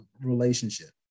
relationship